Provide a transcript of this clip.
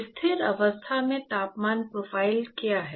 स्थिर अवस्था में तापमान प्रोफ़ाइल क्या है